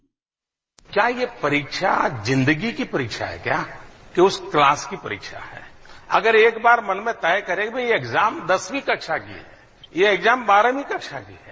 bite प्रधानमंत्री क्या ये परीक्षा जिंदगी की परीक्षा है क्या कि उस क्लास की परीक्षा है अगर एक बार मन में तय करें कि भई ये एग्जाम दसवीं कक्षा की है यह एग्जाम बाहरवीं कक्षा की है